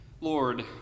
Lord